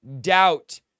doubt